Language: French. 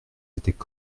étaient